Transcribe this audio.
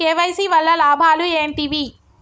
KYC వల్ల లాభాలు ఏంటివి?